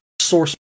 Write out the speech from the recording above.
source